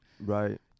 Right